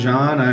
John